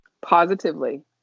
Positively